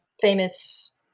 famous